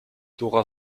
dora